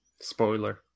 Spoiler